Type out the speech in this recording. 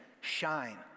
shine